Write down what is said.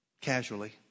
casually